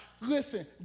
Listen